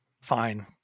Fine